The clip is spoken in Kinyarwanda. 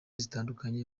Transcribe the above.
zitandukanye